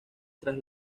tras